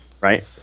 Right